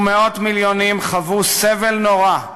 ומאות מיליונים חוו סבל נורא,